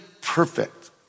perfect